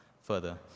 further